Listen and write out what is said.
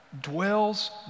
dwells